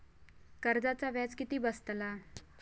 कर्जाचा व्याज किती बसतला?